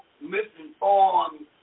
misinformed